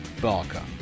Barker